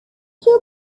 two